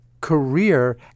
career